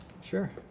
Sure